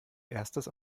erstes